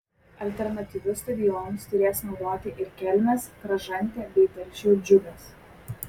alternatyvius stadionus turės naudoti ir kelmės kražantė bei telšių džiugas